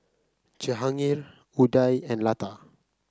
Jehangirr Udai and Lata